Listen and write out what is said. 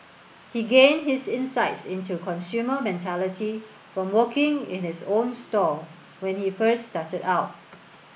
he gained his insights into consumer mentality from working in his own store when he first started out